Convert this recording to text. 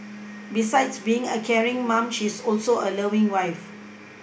besides being a caring mom she is also a loving wife